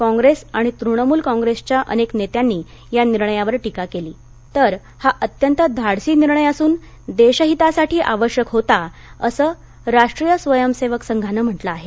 कॉप्रेस आणि तृणमूल कॉप्रेसच्या अनेक नेत्यांनी या निर्णयावर टीका केली तर हा अत्यंत धाडसी निर्णय असून देशहितासाठी आवश्यक होता असं राष्ट्रीय स्वयंसेवक संघानं म्हटलं आहे